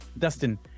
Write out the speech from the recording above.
Dustin